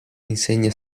insegna